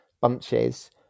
bunches